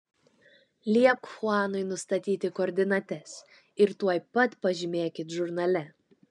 liepk chuanui nustatyti koordinates ir tuoj pat pažymėkit žurnale